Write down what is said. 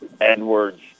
Edwards